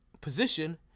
position